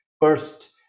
First